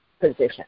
position